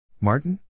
Martin